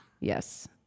Yes